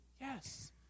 Yes